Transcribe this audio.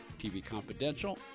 tvconfidential